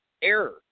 Error